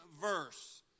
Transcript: verse